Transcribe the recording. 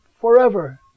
forever